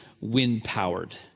wind-powered